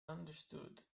understood